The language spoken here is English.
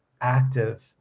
active